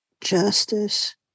justice